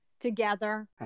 together